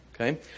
okay